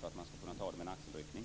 för att man skall kunna ta den med en axelryckning.